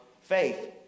faith